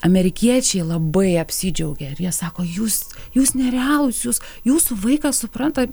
amerikiečiai labai apsidžiaugia ir jie sako jūs jūs nerealūs jūs jūsų vaikas supranta